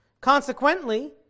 Consequently